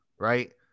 Right